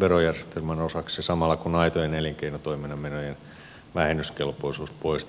verojärjestelmän osaksi samalla kun aitojen elinkeinotoiminnan menojen vähennyskelpoisuus poistetaan kokonaan